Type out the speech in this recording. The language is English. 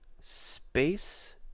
space